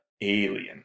alien